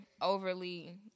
overly